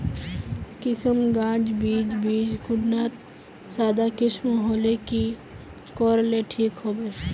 किसम गाज बीज बीज कुंडा त सादा किसम होले की कोर ले ठीक होबा?